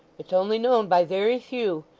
it's only known by very few.